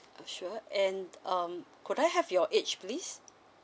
sure and um could I have your age please